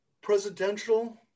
presidential